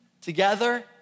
together